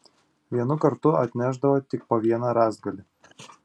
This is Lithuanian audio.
vienu kartu atnešdavo tik po vieną rąstgalį